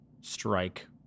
strike